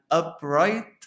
upright